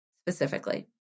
specifically